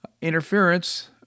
interference